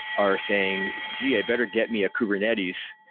are saying, gee! i'd better get me a kubernetes.